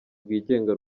rwigenga